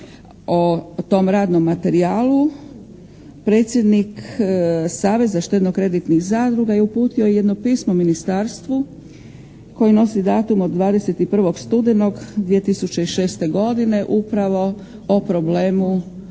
o tom radnom materijalu predsjednik Saveza štedno-kreditnih zadruga je uputio jedno pismo Ministarstvu koje nosi datum od 21. studenog 2006. godine upravo o problemu